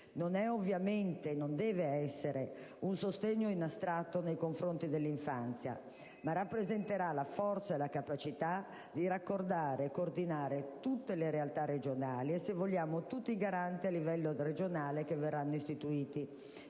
minori. Ovviamente non deve essere un sostegno in astratto nei confronti dell'infanzia, ma dovrà rappresentare se avere la forza e la capacità di raccordare e coordinare tutte le realtà regionali e - se vogliamo - tutti i garanti a livello regionale che verranno istituiti